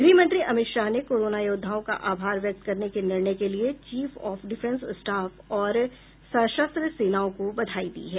गृह मंत्री अमित शाह ने कोरोना योद्धाओं का आभार व्यक्त करने के निर्णय के लिए चीफ ऑफ डिफेंस स्टाफ और सशस्त्र सेनाओं को बधाई दी है